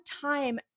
time